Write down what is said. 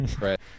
Right